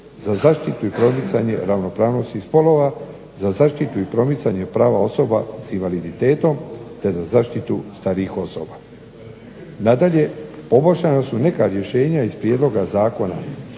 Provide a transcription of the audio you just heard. za zaštitu i promicanje ravnopravnosti spolova, za zaštitu i promicanje prava osoba sa invaliditetom, te za zaštitu starijih osoba. Nadalje, poboljšana su neka rješenja iz prijedloga zakona